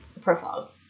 profile